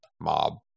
mob